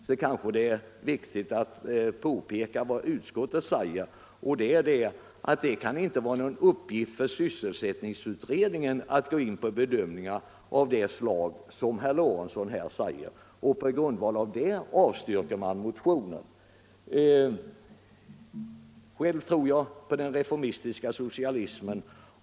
Därför kanske det är viktigt att peka på vad utskottet säger, nämligen att det inte kan var någon uppgift för sysselsättningsutredningen att gå in på bedömningar av det slag som herr Lorentzon talar för. På grundval av det resonemanget avstyrker utskottet motionen. Själv tror jag på den reformistiska socialismen.